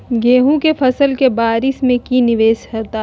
गेंहू के फ़सल के बारिस में की निवेस होता है?